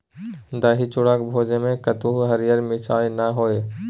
दही चूड़ाक भोजमे कतहु हरियर मिरचाइ नै होए